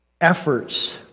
efforts